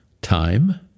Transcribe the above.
Time